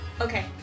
Okay